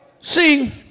See